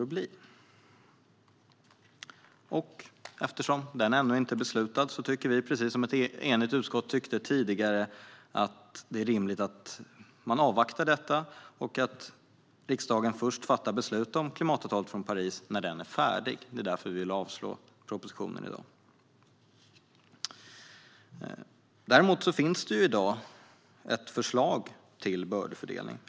Eftersom bördefördelningen ännu inte är beslutad tycker vi - precis som ett enigt utskott tyckte tidigare - att det är rimligt att avvakta och att riksdagen fattar beslut om klimatavtalet från Paris först när det är färdigt. Därför yrkar vi sverigedemokrater avslag på propositionen i dag. Det finns dock ett förslag till bördefördelning i dag.